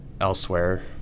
elsewhere –